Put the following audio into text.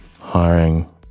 hiring